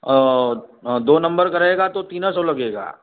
और दो नंबर का रहेगा तो तीना सौ लगेगा